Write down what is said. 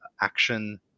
action